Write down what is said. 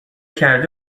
کردی